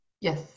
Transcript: yes